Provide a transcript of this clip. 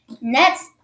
Next